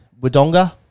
Wodonga